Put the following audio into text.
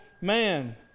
man